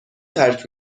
ترک